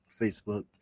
facebook